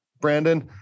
Brandon